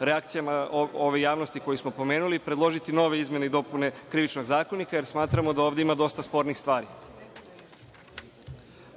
reakcijama ove javnosti koju smo pomenuli predložiti nove izmene i dopune Krivičnog zakonika jer smatramo da ovde ima dosta spornih stvari.